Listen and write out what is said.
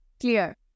clear